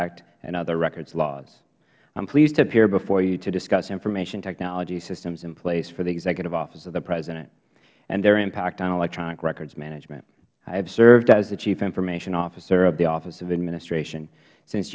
act and other records laws i am pleased to appear before you to discuss information technology systems in place for the executive office of the president and their impact on electronic records management i have served as the chief information officer of the office of administration since